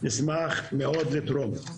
נשמח מאד לתרום.